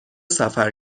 سفر